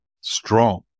strong